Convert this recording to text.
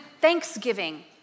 thanksgiving